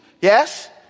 Yes